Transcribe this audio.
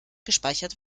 gespeichert